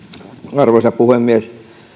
arvoisa puhemies